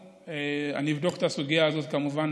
אני אבדוק את הסוגיה הזאת, כמובן.